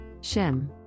Shem